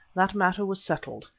that matter was settled,